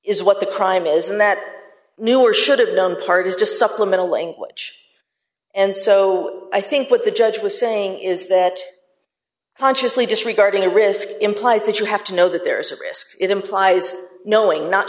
is what the crime is and that knew or should have done part is just supplemental language and so i think what the judge was saying is that consciously disregarding a risk implies that you have to know that there's a risk it implies knowing not